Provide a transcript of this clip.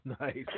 Nice